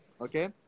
Okay